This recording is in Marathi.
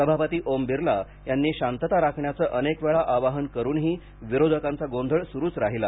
सभापती ओम बिर्ला यांनी शांतता राखण्याचं अनेकवेळा आवाहन करूनही विरोधकांचा गोंधळ सुरूच राहिला